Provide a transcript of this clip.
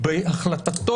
בבקשה.